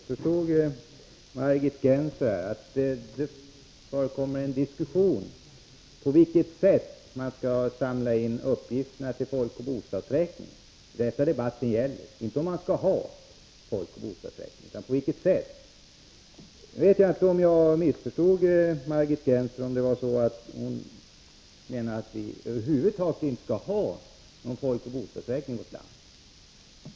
Fru talman! För det första: Det förekommer en diskussion om på vilket sätt man skall samla in uppgifter till folkoch bostadsräkningen. Det är detta debatten gäller — inte om man skall ha folkoch bostadsräkning över huvud taget. Jag vet inte om jag missförstod Margit Gennser. Menar Margit 'Gennser att vi över huvud taget inte skall ha någon folkoch bostadsräkning i vårt land?